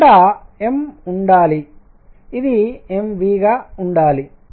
ఇక్కడ m ఉండాలి ఇది m v గా ఉండాలి